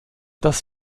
das